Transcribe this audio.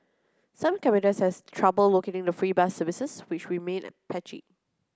some commuters has trouble locating the free bus services which remained patchy